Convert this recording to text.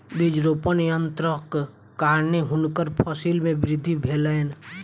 बीज रोपण यन्त्रक कारणेँ हुनकर फसिल मे वृद्धि भेलैन